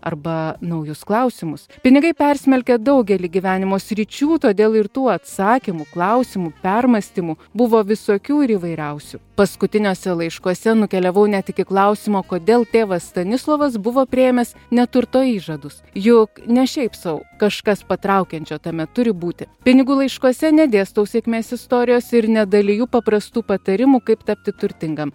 arba naujus klausimus pinigai persmelkia daugelį gyvenimo sričių todėl ir tų atsakymų klausimų permąstymų buvo visokių ir įvairiausių paskutiniuose laiškuose nukeliavau net iki klausimo kodėl tėvas stanislovas buvo priėmęs neturto įžadus juk ne šiaip sau kažkas patraukiančio tame turi būti pinigų laiškuose nedėstau sėkmės istorijos ir nedaliju paprastų patarimų kaip tapti turtingam